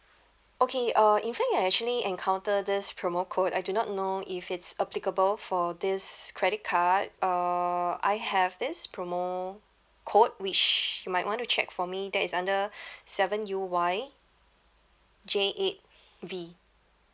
okay uh in fact I actually encounter this promo code I do not know if it's applicable for this credit card uh I have this promo code which might want to check for me that is under seven U Y J eight V